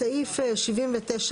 (19) בסעיף 79א(א),